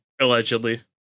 Allegedly